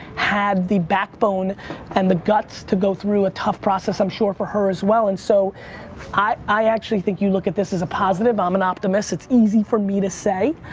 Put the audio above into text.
had the backbone and the guts to go through a tough process i'm sure for her as well. and so i actually think you look at this as a positive. i'm an optimist. it's easy for me to say,